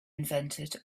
invented